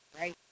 right